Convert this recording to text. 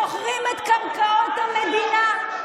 מוכרים את קרקעות המדינה,